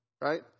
right